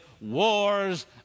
wars